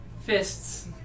Fists